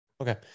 Okay